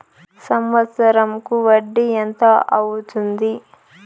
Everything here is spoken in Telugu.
సంవత్సరం కు వడ్డీ ఎంత అవుతుంది?